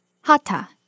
hata